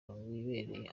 wibereye